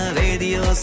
radio